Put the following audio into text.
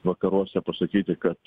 vakaruose pasakyti kad